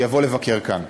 שיבוא לבקר כאן.